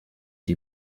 die